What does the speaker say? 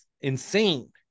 Insane